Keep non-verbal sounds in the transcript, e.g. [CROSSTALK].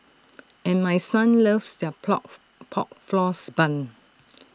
and my son loves their [UNINTELLIGIBLE] Pork Floss Bun